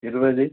இருபது